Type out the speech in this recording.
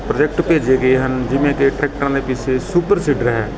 project ਭੇਜੇ ਗਏ ਹਨ ਜਿਵੇਂ ਕਿ ਟਰੈਕਟਰਾਂ ਦੇ ਵਿੱਚ ਸੁਪਰ ਸੀਡਰ ਹੈ